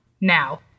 now